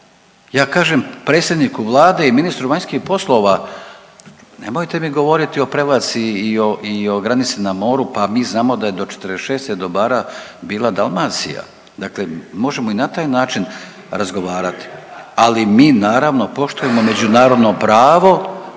ja kažem predsjedniku Vlade i ministru vanjskih poslova, nemojte mi govoriti o Prevlaci i o granici na moru, pa mi znamo da je '46. do Bara bila Dalmacija. Dakle možemo i na taj način razgovarati, ali mi naravno poštujemo međunarodno pravo,